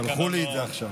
שלחו לי את זה עכשיו.